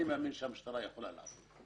אני מאמין שהמשטרה יכולה לעשות.